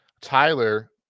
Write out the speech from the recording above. Tyler